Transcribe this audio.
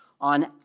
on